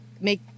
make